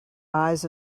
eyes